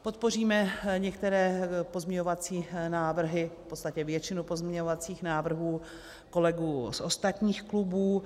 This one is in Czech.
Podpoříme některé pozměňovací návrhy, v podstatě většinu pozměňovacích návrhů kolegů z ostatních klubů.